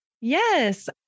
Yes